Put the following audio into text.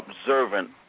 observant